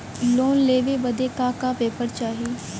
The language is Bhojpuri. लोन लेवे बदे का का पेपर चाही?